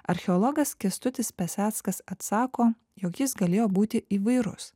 archeologas kęstutis peseckas atsako jog jis galėjo būti įvairus